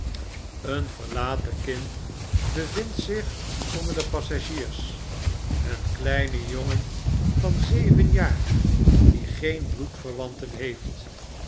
een verlaten kind bevindt zich onder de passagiers een kleine jongen van zeven jaar die geen